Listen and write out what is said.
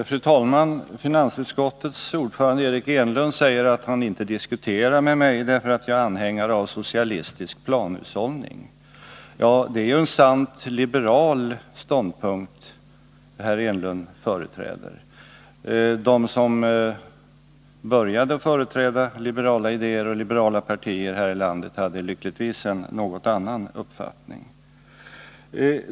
Fru talman! Finansutskottets ordförande Eric Enlund säger att han inte diskuterar med oss därför att vi är anhängare av socialistisk planhushållning. Ja, det är en nutida liberal ståndpunkt som herr Enlund intar. De som började företräda liberala idéer och liberala partier här i landet hade lyckligtvis en något annan uppfattning.